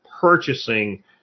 purchasing